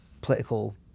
political